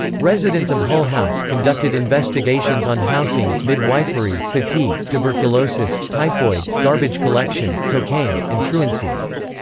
residents of hull-house conducted investigations on housing, midwifery, fatigue, tuberculosis, typhoid, garbage collection, cocaine, and truancy.